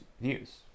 views